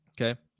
Okay